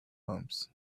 bumps